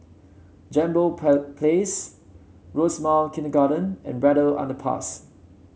Jambol Place Rosemount Kindergarten and Braddell Underpass